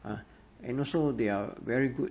ah and also they are very good